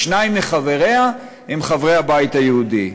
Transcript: שניים מחבריה הם חברי הבית היהודי.